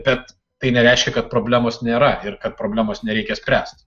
bet tai nereiškia kad problemos nėra ir kad problemos nereikia spręst